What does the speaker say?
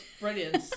brilliant